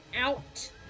out